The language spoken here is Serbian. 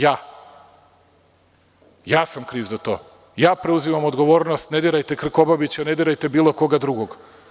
Ja, ja sam kriv za to, ja preuzimam odgovornost, ne dirajte Krkobabića, ne dirajte bilo koga drugog.